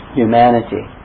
humanity